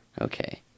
Okay